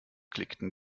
klickten